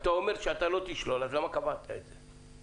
אתה אומר שאתה לא תשלול, אז למה קבעת את זה?